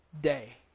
day